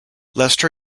lester